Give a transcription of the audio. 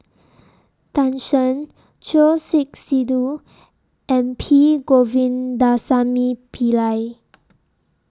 Tan Shen Choor Singh Sidhu and P Govindasamy Pillai